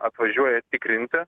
atvažiuoja tikrinti